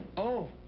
oh,